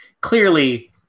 clearly